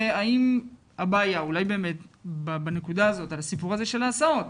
האם הבעיה אולי באמת בנקודה הזאת על הסיפור הזה של ההסעות.